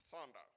thunder